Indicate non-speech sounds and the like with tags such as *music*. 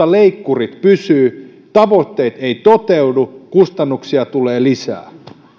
*unintelligible* leikkurit pysyvät tavoitteet eivät toteudu kustannuksia tulee lisää